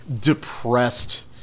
depressed